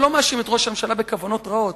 אני לא מאשים את ראש הממשלה בכוונות רעות,